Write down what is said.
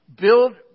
build